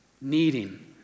needing